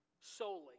Solely